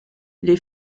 les